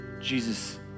Jesus